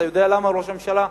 אתה יודע למה, ראש הממשלה?